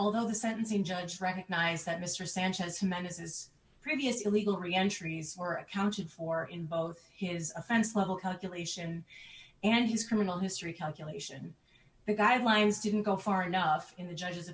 although the sentencing judge recognized that mr sanchez menaces previous illegally entries were accounted for in both his offense level calculation and his criminal history calculation the guidelines didn't go far enough in the judge